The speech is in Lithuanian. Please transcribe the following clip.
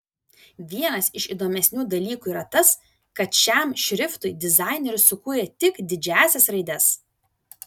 vienas iš įdomesnių dalykų yra tas kad šiam šriftui dizaineris sukūrė tik didžiąsias raides